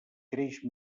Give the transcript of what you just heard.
creix